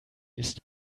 ist